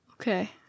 okay